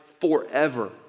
forever